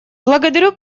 благодарю